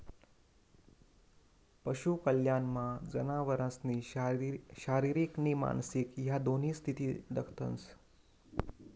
पशु कल्याणमा जनावरसनी शारीरिक नी मानसिक ह्या दोन्ही स्थिती दखतंस